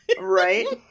Right